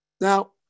Now